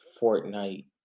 Fortnite